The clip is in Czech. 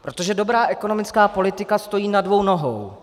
Protože dobrá ekonomická politika stojí na dvou nohou.